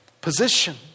position